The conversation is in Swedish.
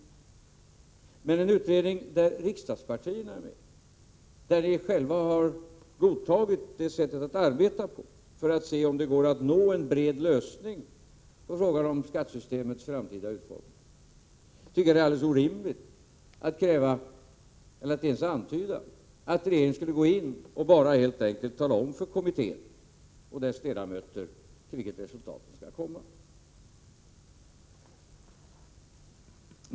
Men när det gäller en utredning där riksdagspartierna är med, där ni själva har godtagit det här sättet att arbeta på, för att se om det går att nå en bred lösning då det gäller frågan om skattesystemets framtida utformning, tycker jag att det är alldeles orimligt att kräva, eller att ens antyda, att regeringen skulle gå in och tala om för kommittén och dess ledamöter till vilket resultat kommittén skall komma.